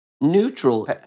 neutral